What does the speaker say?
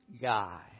guy